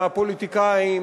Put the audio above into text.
מהפוליטיקאים,